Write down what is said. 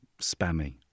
spammy